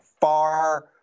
far